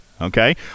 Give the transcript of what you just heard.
Okay